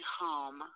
home